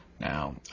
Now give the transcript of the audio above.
Now